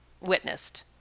witnessed